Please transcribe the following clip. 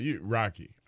Rocky